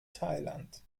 thailand